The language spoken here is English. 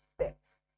steps